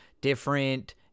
different